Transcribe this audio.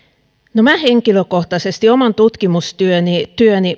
no minä henkilökohtaisesti oman tutkimustyöni